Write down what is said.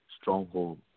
stronghold